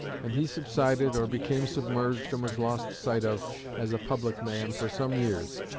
and he subsided, or became submerged, and was lost sight of as a public man for some years.